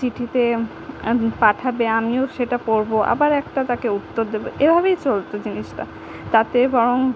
চিঠিতে পাঠাবে আমিও সেটা পড়ব আবার একটা তাকে উত্তর দেবো এভাবেই চলত জিনিসটা তাতে বরং